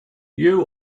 you